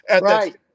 right